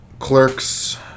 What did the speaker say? Clerks